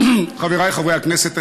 חבריי חברי הכנסת,